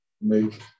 make